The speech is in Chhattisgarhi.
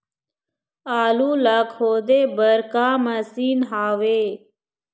आलू ला खोदे बर का मशीन हावे?